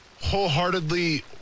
wholeheartedly